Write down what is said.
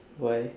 why